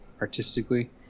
artistically